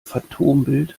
phantombild